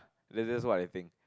that's just what I think